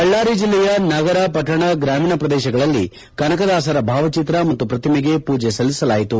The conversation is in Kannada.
ಬಳ್ಳಾರಿ ಜಿಲ್ಲೆಯ ನಗರ ಪಟ್ಟಣ ಗ್ರಾಮೀಣ ಪ್ರದೇಶದಲ್ಲಿ ಕನಕದಾಸರ ಭಾವಚಿತ್ರ ಮತ್ತು ಪ್ರತಿಮೆಗೆ ಪೂಜೆ ಸಲ್ಲಿಸಲಾಯಿತು